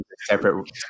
separate